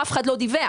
אף אחד לא דיווח,